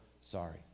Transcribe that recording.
sorry